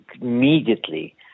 immediately